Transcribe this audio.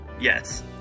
Yes